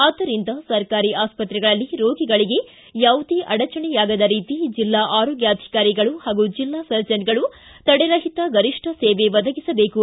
ಆದ್ದರಿಂದ ಸರ್ಕಾರಿ ಆಸ್ತ್ರೆಗಳಲ್ಲಿ ರೋಗಿಗಳಿಗೆ ಯಾವುದೇ ಅಡಚಣೆಯಾಗದ ರೀತಿ ಜಿಲ್ಲಾ ಆರೋಗ್ಯಾಧಿಕಾರಿಗಳು ಹಾಗೂ ಜಿಲ್ಲಾ ಸರ್ಜನ್ಗಳು ತಡೆರಹಿತ ಗರಿಷ್ಠ ಸೇವೆ ಒದಗಿಸಬೇಕು